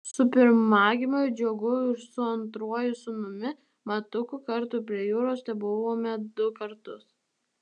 su pirmagimiu džiugu ir su antruoju sūnumi matuku kartu prie jūros tebuvome du kartus